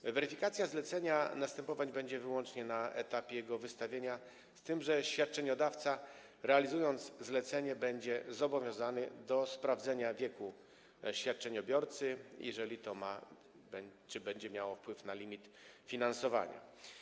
Teraz weryfikacja zlecenia następować będzie wyłącznie na etapie jego wystawienia, z tym że świadczeniodawca, realizując zlecenie, będzie zobowiązany do sprawdzenia wieku świadczeniobiorcy, jeżeli to będzie miało wpływ na limit finansowania.